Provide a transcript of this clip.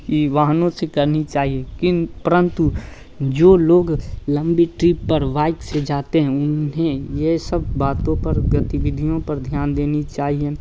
ही वाहनों से करनी चाहिए क्यों परंतु जो लोग लंबी ट्रिप पर वाइक से जाते हैं उन्हें यह सब बातों पर गतिविधियों पर ध्यान देनी चाहिए